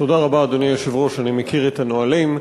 תודה רבה, אדוני היושב-ראש, אני מכיר את הנהלים.